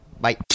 Bye